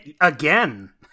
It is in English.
Again